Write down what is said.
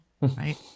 right